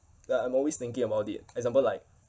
like I'm always thinking about it example like